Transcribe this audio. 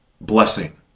blessing